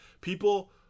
People